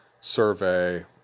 survey